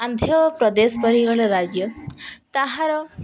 ଆନ୍ଧ୍ର ପ୍ରଦେଶ ପରି ଗୋଟେ ରାଜ୍ୟ ତାହାର